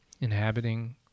inhabiting